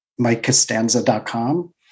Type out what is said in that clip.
mikecastanza.com